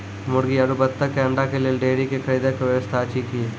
मुर्गी आरु बत्तक के अंडा के लेल डेयरी के खरीदे के व्यवस्था अछि कि?